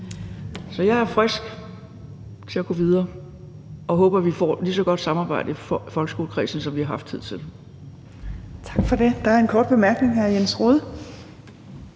Så jeg er frisk til at gå videre og håber, vi får et lige så godt samarbejde i folkeskolekredsen, som vi har haft hidtil. Kl. 15:38 Fjerde næstformand (Trine